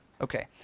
Okay